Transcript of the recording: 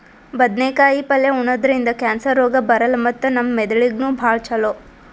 ಬದ್ನೇಕಾಯಿ ಪಲ್ಯ ಉಣದ್ರಿಂದ್ ಕ್ಯಾನ್ಸರ್ ರೋಗ್ ಬರಲ್ಲ್ ಮತ್ತ್ ನಮ್ ಮೆದಳಿಗ್ ನೂ ಭಾಳ್ ಛಲೋ